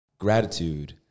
Gratitude